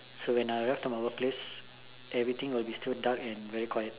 so when I drive to my work place everything will be still dark and very quiet